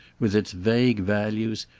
with its vague values,